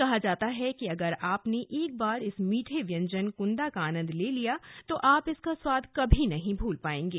कहा जाता है कि अगर आपने एक बार इस मीठे व्यंजन कृंदा का आनंद ले लिया तो आप इसका स्वाद कभी नहीं भूल पाएंगे